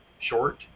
short